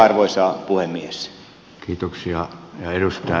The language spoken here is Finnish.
arvoisa puhemies